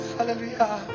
Hallelujah